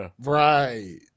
right